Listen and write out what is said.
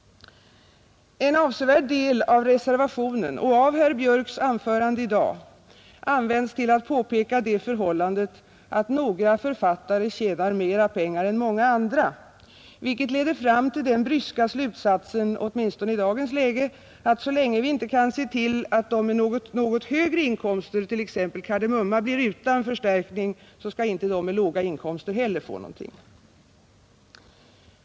En avsevärd del av reservationen och av herr Björks anförande i dag används till att påpeka det förhållandet att några författare tjänar mera pengar än många andra, vilket leder fram till den bryska slutsatsen, åtminstone i dagens läge, att så länge vi inte kan se till att de med något högre inkomster, t.ex. Kar de Mumma, blir utan förstärkning, så skall inte de med låga inkomster heller få något.